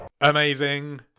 Amazing